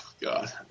God